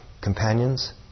companions